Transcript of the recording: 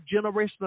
generational